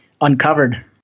uncovered